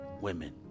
women